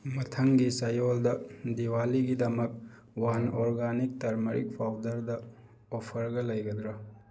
ꯃꯊꯪꯒꯤ ꯆꯌꯣꯜꯗ ꯗꯤꯋꯥꯂꯤꯒꯤꯗꯃꯛ ꯋꯥꯟ ꯑꯣꯔꯒꯥꯅꯤꯛ ꯇꯔꯃꯔꯤꯛ ꯄꯥꯎꯗꯔꯗ ꯑꯣꯐꯔꯒ ꯂꯩꯒꯗ꯭ꯔꯥ